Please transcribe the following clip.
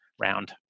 round